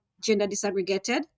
gender-disaggregated